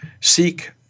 seek